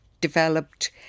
developed